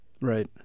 Right